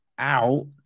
out